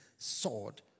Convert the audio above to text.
sword